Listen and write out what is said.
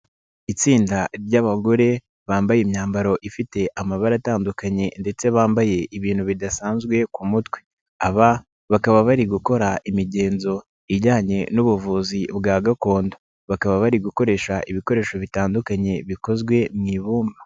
Itsinda ry'abagore bambaye imyambaro ifite amabara atandukanye ndetse bambaye ibintu bidasanzwe ku mutwe. Aba bakaba bari gukora imigenzo ijyanye n'ubuvuzi bwa gakondo. Bakaba bari gukoresha ibikoresho bitandukanye bikozwe mu ibumba.